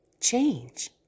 change